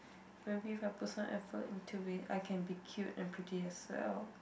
maybe if i put some effort into it I can be cute and pretty as well